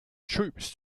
troops